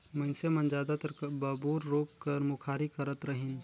मइनसे मन जादातर बबूर रूख कर मुखारी करत रहिन